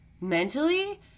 mentally